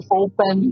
open